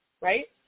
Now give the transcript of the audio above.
right